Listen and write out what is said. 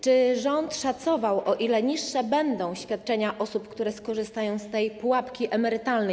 Czy rząd szacował, o ile niższe będą świadczenia osób, które skorzystają z tej pułapki emerytalnej?